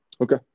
Okay